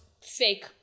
fake